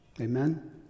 Amen